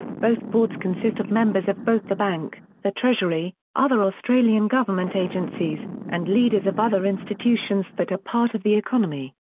both boards consist of members of both the bank, the treasury, other australian government agencies, and leaders of other institutions that are part of the economy.